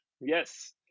Yes